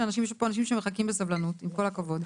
יש לי פה אנשים שמחכים סבלנות, עם כל הכבוד.